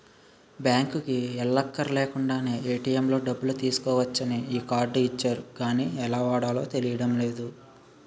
బాంకుకి ఎల్లక్కర్లేకుండానే ఏ.టి.ఎం లో డబ్బులు తీసుకోవచ్చని ఈ కార్డు ఇచ్చారు గానీ ఎలా వాడాలో తెలియడం లేదు